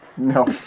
No